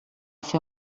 fer